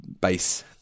base